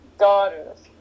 daughters